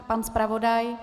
Pan zpravodaj?